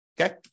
okay